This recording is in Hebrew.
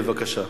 בבקשה.